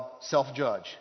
Self-judge